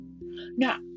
Now